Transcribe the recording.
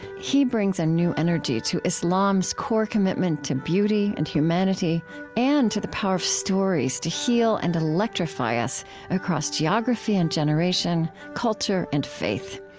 he brings a new energy to islam's core commitment to beauty and humanity and to the power of stories to heal and electrify us across geography and generation, culture and faith.